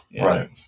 right